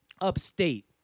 upstate